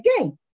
again